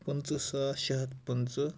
پٕنٛژٕہ ساس شیٚے ہَتھ پٕنٛژٕہ